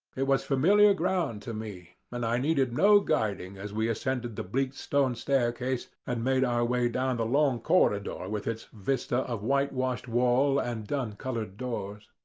it was familiar ground to me, and i needed no guiding as we ascended the bleak stone staircase and made our way down the long corridor with its vista of whitewashed wall and dun-coloured doors.